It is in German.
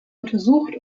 untersucht